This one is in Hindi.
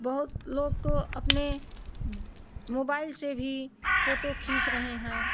बहुत लोग तो अपने मोबाइल से भी फोटो खींच रहे हैं